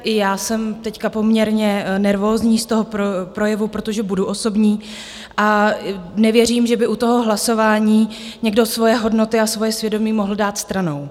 I já jsem teď poměrně nervózní z toho projevu, protože budu osobní, a nevěřím, že by u toho hlasování někdo svoje hodnoty a svoje svědomí mohl dát stranou.